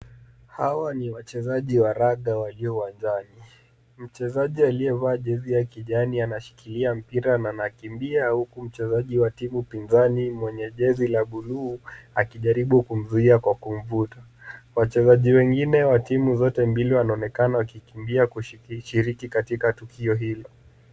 Hawa ni wachezaji wa raga walio uwanjani. Mchezaji aliyevaa jezi ya kijani anashikilia me mpira huku mchezaji wa timu pinzani mwenye jezi la buluu akijaribu kuzuia kwa kumvuta. Wachezaji wengine wa timu zote mbili wanaonekana wakikimbia kushiriki katika tukio hilo.